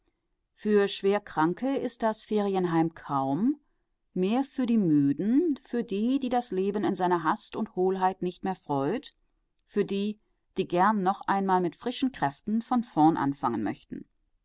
für schwerkranke ist das ferienheim kaum mehr für die müden für die die das leben in seiner hast und hohlheit nicht mehr freut für die die gern noch einmal mit frischen kräften von vorn anfangen möchten